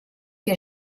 que